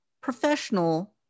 professional